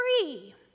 free